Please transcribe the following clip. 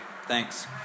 Thanks